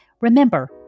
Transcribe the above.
Remember